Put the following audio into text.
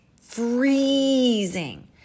freezing